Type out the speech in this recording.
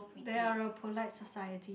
there are polite society